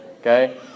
Okay